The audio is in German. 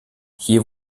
hier